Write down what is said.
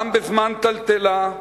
גם בזמן טלטלה,